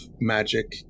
magic